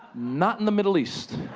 not in the middle east.